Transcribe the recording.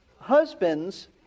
Husbands